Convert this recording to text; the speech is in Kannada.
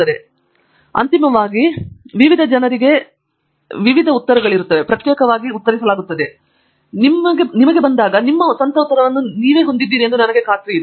ಆದ್ದರಿಂದ ಅಂತಿಮವಾಗಿ ವಿವಿಧ ಜನರಿಂದ ಪ್ರತ್ಯೇಕವಾಗಿ ಏಕೆ ಉತ್ತರಿಸಲಾಗುತ್ತದೆ ಮತ್ತು ಅದು ನಿಮಗೆ ಬಂದಾಗ ನೀವು ನಿಮ್ಮ ಸ್ವಂತ ಉತ್ತರವನ್ನು ಹೊಂದಿದ್ದೀರಿ ಎಂದು ನನಗೆ ಖಾತ್ರಿಯಿದೆ